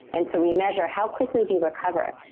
and so we measure how quickly do you recover?